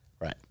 right